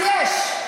אז יש.